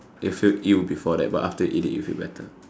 you feel ill before that but after you eat it you feel better